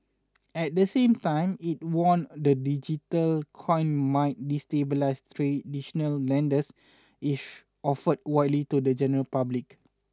at the same time it warned the digital coins might destabilise traditional lenders if offered widely to the general public